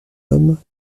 hommes